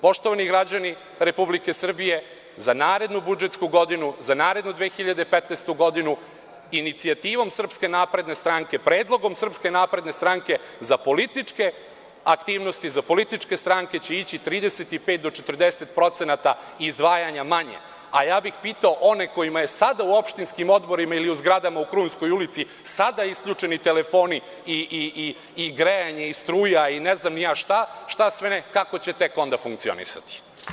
Poštovani građani Republike Srbije, za narednu budžetsku godinu, za narednu 2015. godinu inicijativom SNS, predlogom SNS za političke aktivnosti za političke stranke će ići 35 do 40% izdvajanja manje, a ja bih pitao one kojima je sada u opštinskim odborima ili u zgradama u Krunskoj ulici, sada isključeni telefoni i grejanje i struja i ne znam ni ja šta, šta sve ne, kako će tek onda funkcionisati?